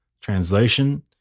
Translation